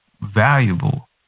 valuable